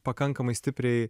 pakankamai stipriai